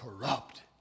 corrupt